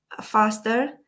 faster